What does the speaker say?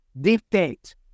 dictate